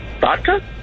Vodka